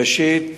ראשית